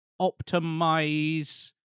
Optimize